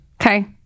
Okay